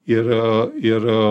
ir ir